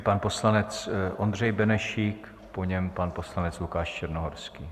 Pan poslanec Ondřej Benešík, po něm pan poslanec Lukáš Černohorský.